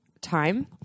time